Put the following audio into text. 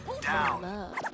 down